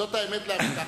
זאת האמת לאמיתה,